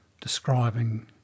describing